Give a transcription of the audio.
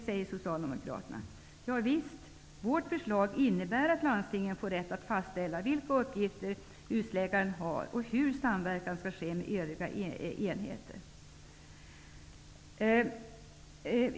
Ja visst, vårt förslag innebär att landstingen får rätt att fastställa vilka uppgifter husläkaren har och hur samverkan skall ske med övriga enheter.